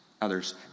others